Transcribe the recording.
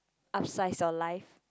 upsize your life